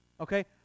okay